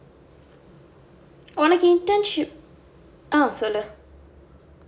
உனக்கு:unakku internship ah சொல்லு:sollu